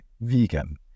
vegan